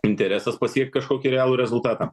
interesas pasiekt kažkokį realų rezultatą